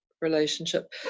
relationship